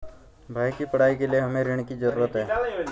भाई की पढ़ाई के लिए हमे ऋण की जरूरत है